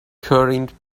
current